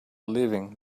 leaving